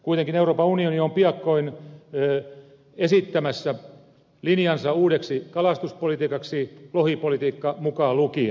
kuitenkin euroopan unioni on piakkoin esittämässä linjansa uudeksi kalastuspolitiikaksi lohipolitiikka mukaan lukien